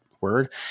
word